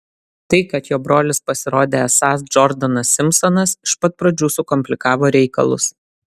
tai kad jo brolis pasirodė esąs džordanas simpsonas iš pat pradžių sukomplikavo reikalus